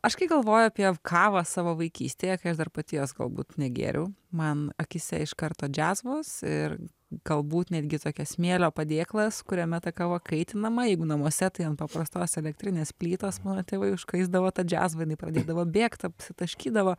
aš kai galvoju apie kavą savo vaikystėje kai aš dar pati jos galbūt negėriau man akyse iš karto džiazvos ir galbūt netgi tokia smėlio padėklas kuriame ta kava kaitinama jeigu namuose tai ant paprastos elektrinės plytos mano tėvai užkaisdavo tą džiazvą jinai pradėdavo bėgt apsitaškydavo